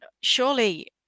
surely